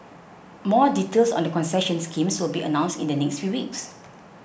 more details on the concession schemes will be announced in the next few weeks